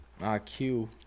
IQ